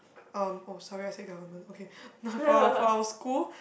um oh sorry I said government okay now for for our school